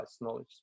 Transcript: knowledge